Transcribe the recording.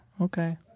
Okay